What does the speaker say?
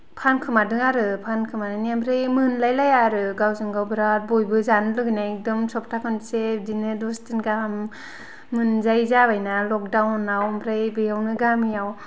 फानखोमादों आरो फानखोमानानै ओमफ्राय मोनलायलाया आरो गावजों गाव बेराद बयबो जानो लुगैनाय एकदम सप्ताह खनसे बिदिनो दस दिन गाहाम मोनजायि जाबाय ना लकदाउनाव ओमफ्राय बेयावनो गामियाव